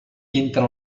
entre